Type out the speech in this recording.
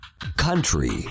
Country